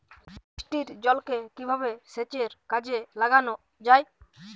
বৃষ্টির জলকে কিভাবে সেচের কাজে লাগানো য়ায়?